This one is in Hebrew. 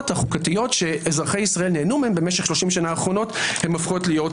החוקתיות שאזרחי ישראל נהנו מהן משך 30 השנה האחרונות הפכו להיות